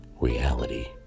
reality